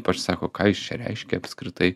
ypač sako ką jis čia reiškia apskritai